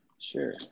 Sure